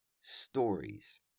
stories